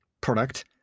product